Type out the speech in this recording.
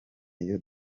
iyo